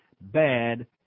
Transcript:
bad